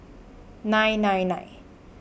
nine nine nine